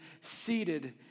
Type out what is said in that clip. seated